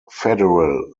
federal